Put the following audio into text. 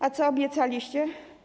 A co obiecaliście?